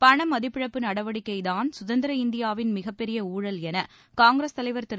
பண மதிப்பிழப்பு நடவடிக்கைதான் சுதந்திர இந்தியாவின் மிகப் பெரிய ஊழல் என காங்கிரஸ் தலைவர் திரு